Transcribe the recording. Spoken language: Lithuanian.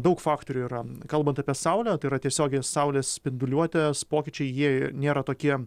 daug faktorių yra kalbant apie saulę tai yra tiesiogiai saulės spinduliuotės pokyčiai jie nėra tokie